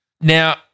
Now